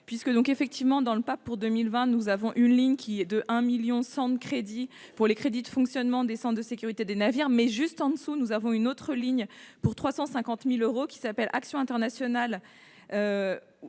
puisque donc effectivement dans le pape pour 2020 nous avons une ligne qui est de 1 1000000 100 de crédits pour les crédits de fonctionnement descend de sécurité des navires mais juste en dessous, nous avons une autre ligne pour 350000 euros, qui s'appelle action internationale